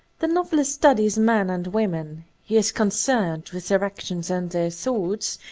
the novelist studies men and women he is concerned with their actions and their thoughts,